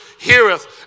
heareth